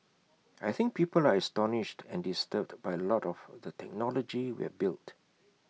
I think people are astonished and disturbed by A lot of the technology we have built